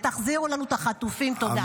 ותחזירו לנו את החטופים, תודה.